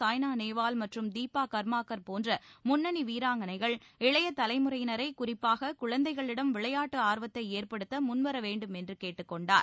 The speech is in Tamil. சாய்னா நேவால் மற்றும் தீபா கர்மாக்கர் போன்ற முன்னணி வீராங்கனைகள் இளைய தலைமுறையினரை குறிப்பாக குழந்தைகளிடம் விளையாட்டு ஆர்வத்தை ஏற்படுத்த முன்வர வேண்டும் என்று கேட்டுக் கொண்டார்